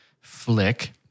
flick